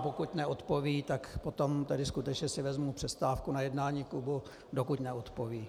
Pokud neodpoví, tak potom skutečně si vezmu přestávku na jednání klubu, dokud neodpoví.